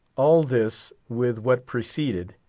all this, with what preceded,